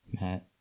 Matt